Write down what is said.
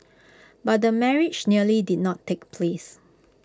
but the marriage nearly did not take place